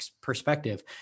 perspective